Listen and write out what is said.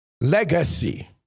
legacy